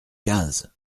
quinze